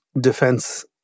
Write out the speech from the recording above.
defense